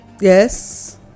Yes